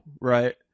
right